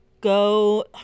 go